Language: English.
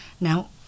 Now